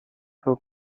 für